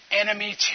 enemy